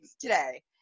today